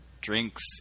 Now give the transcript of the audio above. drinks